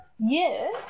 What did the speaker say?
yes